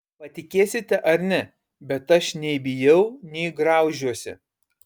patikėsite ar ne bet aš nei bijau nei graužiuosi